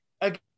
again